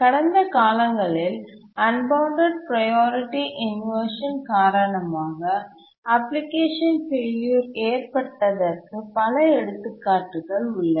கடந்த காலங்களில் unbounded priority inversion காரணமாக அப்ளிகேஷன் ஃபெயிலியூர் ஏற்பட்டதற்கு பல எடுத்துக்காட்டுகள் உள்ளன